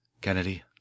Kennedy